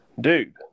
dude